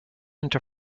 into